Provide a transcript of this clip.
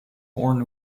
horn